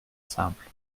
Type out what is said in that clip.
simple